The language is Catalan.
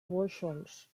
bóixols